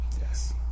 yes